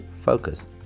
focus